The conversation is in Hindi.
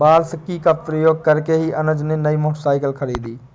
वार्षिकी का प्रयोग करके ही अनुज ने नई मोटरसाइकिल खरीदी